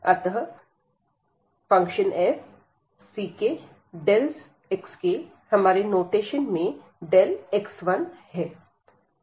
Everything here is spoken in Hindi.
अतः fckΔxk हमारे नोटेशन में x1 है